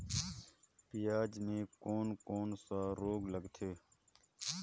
पियाज मे कोन कोन सा रोग लगथे?